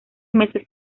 meses